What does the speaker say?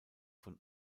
von